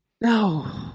No